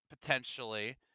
potentially